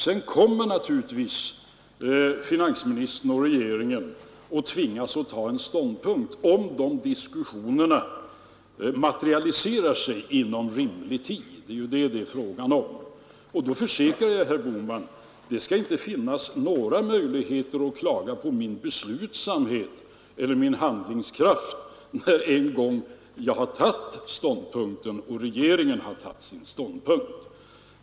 Sedan kommer regeringen och finansministern att tvingas att ta ståndpunkt, om de diskussionerna materialiserar sig inom rimlig tid. Det är vad det är fråga om. Och jag försäkrar herr Bohman att det inte skall finnas någon anledning att klaga på min beslutsamhet eller på min handlingskraft, när regeringen och jag en gång tagit ståndpunkt.